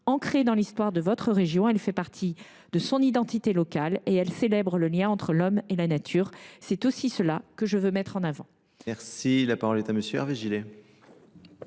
Ancrée dans l’histoire de votre région, elle fait partie de son identité locale et elle célèbre le lien entre l’homme et la nature. C’est aussi cela que je veux mettre en avant. La parole est à M. Hervé Gillé,